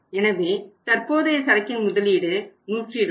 எனவே தற்போதைய சரக்கின் முதலீடு 120